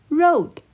road